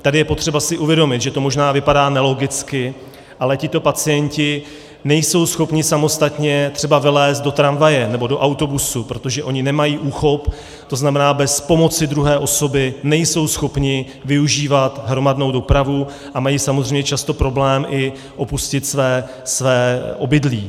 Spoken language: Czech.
Tady si je potřeba uvědomit, že to možná vypadá nelogicky, ale tito pacienti nejsou schopni samostatně třeba vylézt do tramvaje nebo do autobusu, protože nemají úchop, to znamená, bez pomoci druhé osoby nejsou schopni využívat hromadnou dopravu a mají samozřejmě často problém i opustit své obydlí.